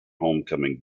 homecoming